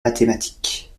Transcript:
mathématique